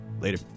Later